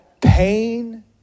Pain